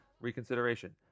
reconsideration